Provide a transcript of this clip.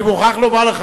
אני מוכרח לומר לך,